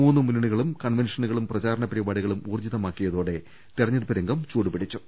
മൂന്ന് മുന്നണികളും കൺവെൻഷനുകളും പ്രചാ രണ പരിപാടികളും ഊർജ്ജിതമാക്കിയതോടെ തെരഞ്ഞെടുപ്പ് രംഗം ചൂടു പിടിച്ചു